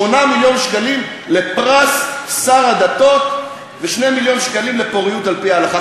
8 מיליון שקלים לפרס שר הדתות ו-2 מיליון ש"ח לפוריות על-פי ההלכה.